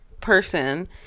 person